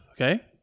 okay